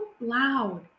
loud